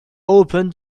open